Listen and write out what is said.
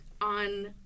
on